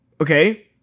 Okay